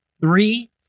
three